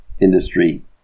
industry